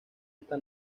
esta